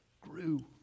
grew